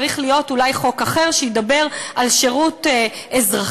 צריך להיות אולי חוק אחר שידבר על שירות אזרחי,